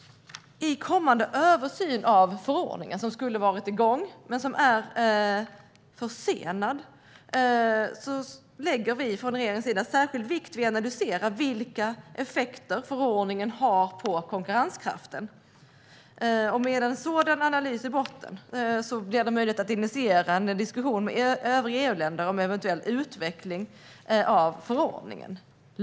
I kommande översyn av förordningen, som skulle ha varit igång men som är försenad, lägger regeringen särskild vikt vid att analysera vilka effekter förordningen har på konkurrenskraften. Med en sådan analys i botten blir det möjligt att initiera en diskussion med övriga EU-länder om eventuell utveckling av förordningen.